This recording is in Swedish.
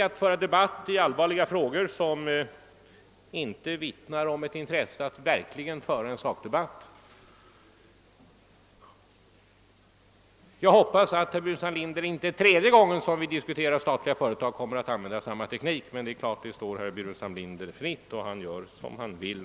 Jag tycker att detta är en teknik, som inte vittnar om ett intresse att verkligen föra en sakdebatt i allvarliga frågor. Jag hoppas att herr Burenstam Linder inte tredje gången som vi diskuterar statliga företag kommer att använda samma teknik, men det är klart, att det står honom fritt att göra som han vill.